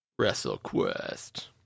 WrestleQuest